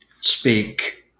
speak